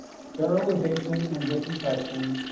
sterilization, and disinfection,